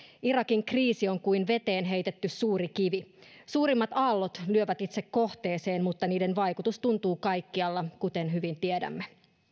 irakin kriisi on kuin veteen heitetty suuri kivi suurimmat aallot lyövät itse kohteeseen mutta niiden vaikutus tuntuu kaikkialla kuten hyvin tiedämme